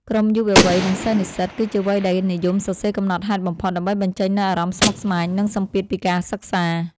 ក្រុមយុវវ័យ និងសិស្សនិស្សិត គឺជាវ័យដែលនិយមសរសេរកំណត់ហេតុបំផុត ដើម្បីបញ្ចេញនូវអារម្មណ៍ស្មុគស្មាញ និងសម្ពាធពីការសិក្សា។